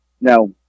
Now